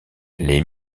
les